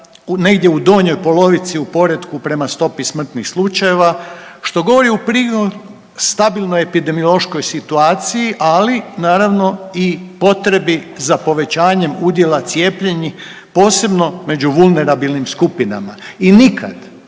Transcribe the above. Negdje u donjoj polovici prema stopi smrtnih slučajeva što govori u prilog stabilnoj epidemiološkoj situaciji ali naravno i potrebi za povećanjem udjela cijepljenih posebno među vulnerabilnim skupinama i nikad,